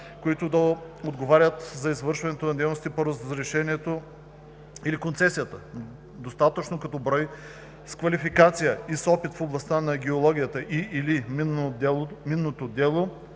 които да отговарят за извършването на дейностите по разрешението или концесията, достатъчно като брой, с квалификация и с опит в областта на геологията и/или минното дело,